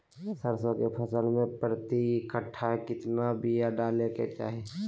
सरसों के फसल में प्रति कट्ठा कितना बिया डाले के चाही?